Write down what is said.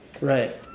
Right